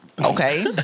Okay